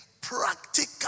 practical